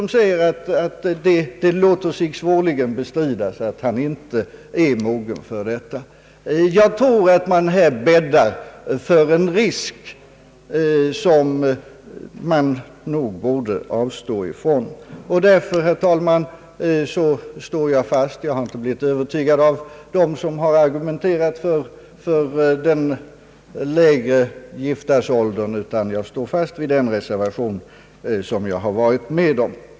Det låter sig »svårligen bestridas» att han inte är mogen för äktenskap. Jag tror att man här bäddar för en risk, som man inte borde framkalla. Därför, herr talman, står jag fast vid min ståndpunkt. Jag har inte blivit övertygad av dem som argumenterar för den lägre giftasåldern, utan jag vidhåller den reservation som jag undertecknat.